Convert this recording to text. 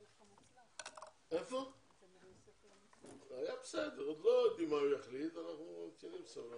אני מתכבד לפתוח את הישיבה, ישיבת המשך.